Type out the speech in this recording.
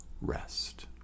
rest